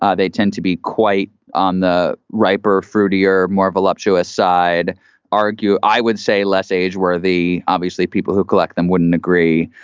ah they tend to be quite the riper, fruity or more voluptuous side argue. i would say less age where the obviously people who collect them wouldn't agree.